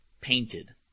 painted